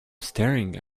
staring